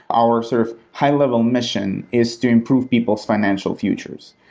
our sort of high-level mission is to improve people's financial futures.